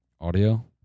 Audio